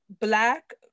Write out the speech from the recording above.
black